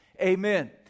Amen